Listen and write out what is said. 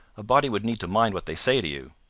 a body would need to mind what they say to you.